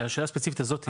השאלה הספציפית הזאתי,